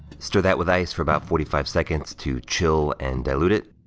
stir that with ice for about forty five seconds to chill and dilute it.